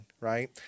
right